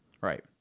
right